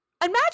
imagine